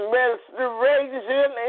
restoration